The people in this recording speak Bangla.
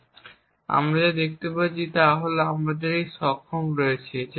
তাই আমরা যা দেখতে পাচ্ছি তা হল যে আমাদের এই সক্ষম রয়েছে